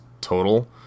total